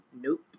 Nope